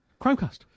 Chromecast